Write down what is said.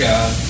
God